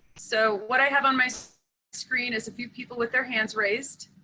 so what i have on my screen is a few people with their hands raised.